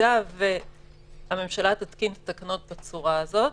במידה והממשלה תתקין את התקנות בצורה הזו,